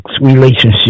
relationship